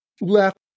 left